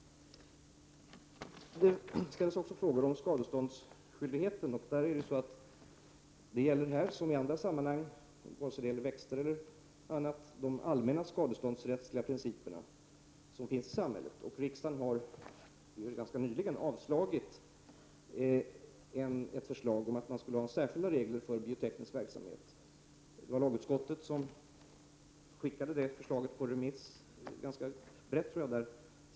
Det ställdes också frågor om skadeståndsskyldigheten. Här gäller som i andra sammanhang, vare sig det gäller växter eller annat, de allmänna skadeståndsrättliga principer som vi har i samhället. Riksdagen har ganska nyligen avslagit ett förslag om att man skulle ha särskilda regler för bioteknisk verksamhet. Lagutskottet skickade förslaget på remiss — det var en ganska bred remiss.